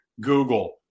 Google